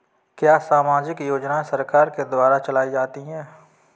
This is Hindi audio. क्या सामाजिक योजनाएँ सरकार के द्वारा चलाई जाती हैं?